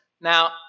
Now